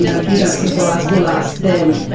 you know if you don't support us, we'll ask them.